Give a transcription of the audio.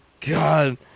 God